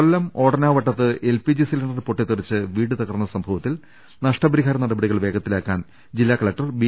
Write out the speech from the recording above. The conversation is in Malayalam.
കൊല്ലം ഓടനാവട്ടത്ത് എൽപിജി സിലിണ്ടർ പൊട്ടിത്തെറിച്ച് വീട് തകർന്ന സംഭവത്തിൽ നഷ്ട്ടപരിഹാര നടപടികൾ വേഗത്തിലാക്കാൻ ജില്ലാ കലക്ടർ ബി